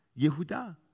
Yehuda